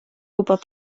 gwybod